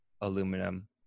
aluminum